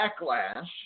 Backlash